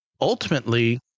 ultimately